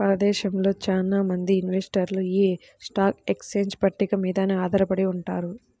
భారతదేశంలో చాలా మంది ఇన్వెస్టర్లు యీ స్టాక్ ఎక్స్చేంజ్ పట్టిక మీదనే ఆధారపడి ఉంటారు